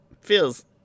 Feels